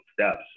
steps